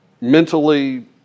mentally